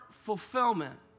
fulfillment